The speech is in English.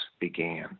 began